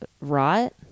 rot